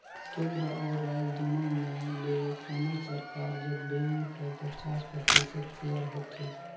केन्द्र अउ राएज दुनो में ले कोनोच सरकार जग बेंक कर पचास परतिसत सेयर होथे